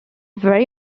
very